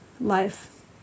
life